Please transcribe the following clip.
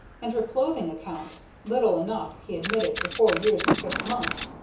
and her clothing account little enough he admitted for four years and six months,